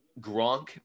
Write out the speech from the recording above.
Gronk